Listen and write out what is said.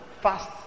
fast